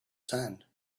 sand